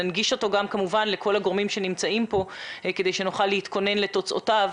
כמובן ננגיש אותו לכל הגורמים שנמצאים כאן כדי שנוכל להתכונן לתוצאותיו.